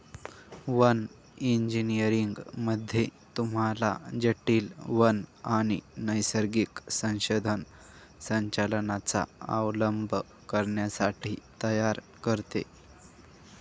one engineering मध्ये तुम्हाला जटील वन आणि नैसर्गिक संसाधन संचालनाचा अवलंब करण्यासाठी तयार करते